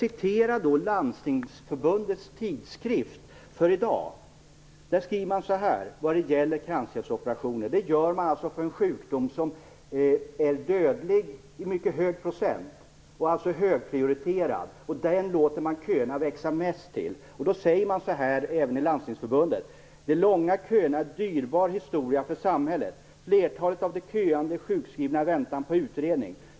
I Landstingsförbundets tidskrift skriver man om kranskärlsoperationer, dvs. vad gäller en sjukdom som har en mycket hög dödlighet och alltså är högprioriterad och till vilken köerna växer mest: De långa köerna är en dyrbar historia för samhället. Flertalet av de köande är sjukskrivna i väntan på utredning.